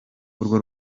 urwo